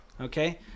Okay